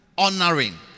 Honoring